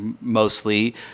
mostly